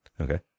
Okay